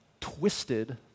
twisted